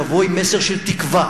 תבוא עם מסר של תקווה.